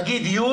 נקרא לו י'.